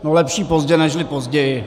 No lepší pozdě nežli později.